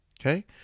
Okay